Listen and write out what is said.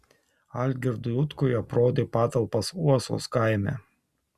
algirdui utkui aprodė patalpas uosos kaime